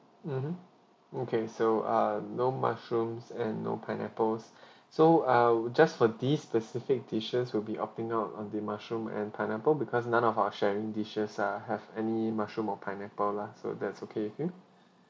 mmhmm okay so err no mushrooms and no pineapples so I'll just for this specific dishes we'll be opting out on the mushroom and pineapple because none of our sharing dishes uh have any mushroom or pineapple lah so that's okay with you